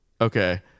Okay